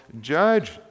judge